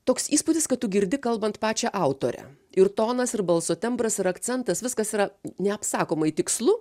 toks įspūdis kad tu girdi kalbant pačią autorę ir tonas ir balso tembras ir akcentas viskas yra neapsakomai tikslu